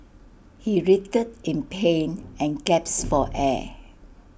he writhed in pain and gasped for air